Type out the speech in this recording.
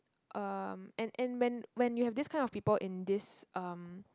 um and and when when you have this kind of people in this um